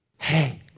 Hey